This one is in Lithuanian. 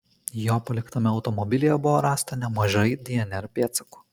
jo paliktame automobilyje buvo rasta nemažai dnr pėdsakų